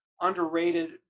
underrated